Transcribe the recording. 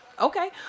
Okay